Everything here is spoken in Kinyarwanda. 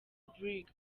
brig